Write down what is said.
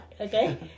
okay